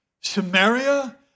Samaria